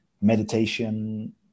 meditation